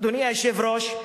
אדוני היושב-ראש,